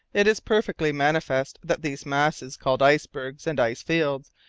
it is perfectly manifest that these masses, called icebergs and ice-fields,